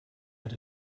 had